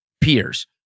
peers